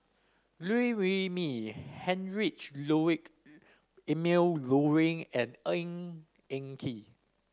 Liew Wee Mee Heinrich Ludwig Emil Luering and Ng Eng Kee